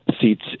seats